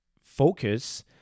focus